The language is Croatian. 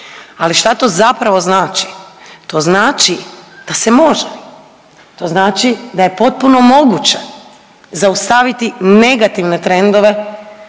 ali što zapravo znači. To znači da se može. To znači da je potpuno moguće zaustaviti negativne trendove